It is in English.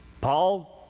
Paul